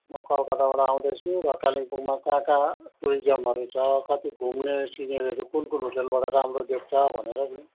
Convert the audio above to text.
म कलकत्ताबाट आउँदैछु र कालेबुङमा कहाँ कहाँ टुरिजमहरू छ कति घुम्ने सिनेरीहरू कुन कुन होटेलबाट राम्रो देख्छ भनेर नि